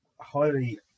Highly